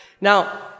Now